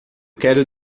quero